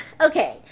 okay